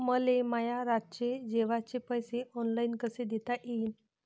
मले माया रातचे जेवाचे पैसे ऑनलाईन कसे देता येईन?